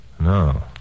No